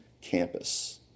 campus